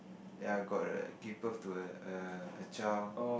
ya got err give birth to a err a child